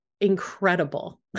incredible